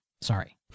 Sorry